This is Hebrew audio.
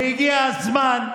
והגיע הזמן,